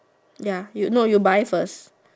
ya you no you buy first